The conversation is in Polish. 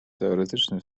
teoretyczny